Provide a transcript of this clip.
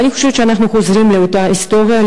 ואני חושבת שאנחנו חוזרים לאותה היסטוריה.